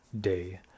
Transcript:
day